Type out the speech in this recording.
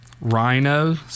Rhino